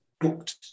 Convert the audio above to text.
booked